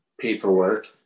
paperwork